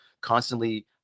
constantly